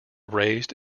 raised